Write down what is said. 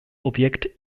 objekt